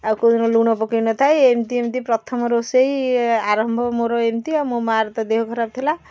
ଆଉ କେଉଁ ଦିନ ଲୁଣ ପକେଇ ନଥାଏ ଏମିତି ଏମିତି ପ୍ରଥମ ରୋଷେଇ ଆରମ୍ଭ ମୋର ଏମିତି ଆଉ ମୋ ମା'ର ତ ଦେହ ଖରାପ ଥିଲା